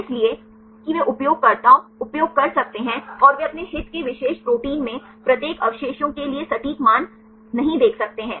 इसलिए कि वे उपयोगकर्ताओं उपयोग कर सकते हैं और वे अपने हित के विशेष प्रोटीन में प्रत्येक अवशेषों के लिए सटीक मान नहीं देख सकते हैं